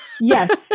Yes